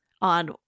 on